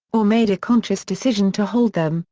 or made a conscious decision to hold them,